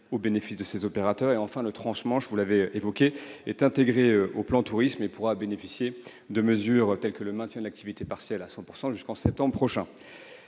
au bénéfice de ces opérateurs. Enfin, le transport transmanche, vous l'avez évoqué, est intégré au plan tourisme et pourra bénéficier de mesures telles que le maintien de l'activité partielle à 100 % jusqu'en septembre prochain.